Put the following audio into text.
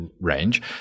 range